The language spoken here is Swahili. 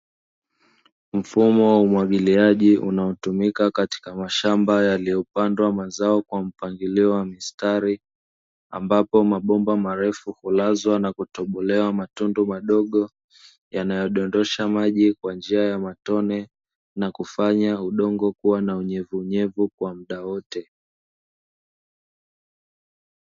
Mfumo wa umwagiliaji unaotumika katika mashamba yaliyopandwa mazao kwa mpangilio wa mstari. Ambapo mabomba marefu hulazwa na kutobolewa matundu madogo, yanayodondosha maji kwa njia ya matone na kufanya udongo kuwa na unyevunyevu kwa muda wote.